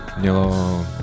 mělo